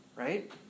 Right